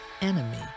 enemy